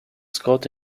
scott